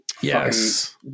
Yes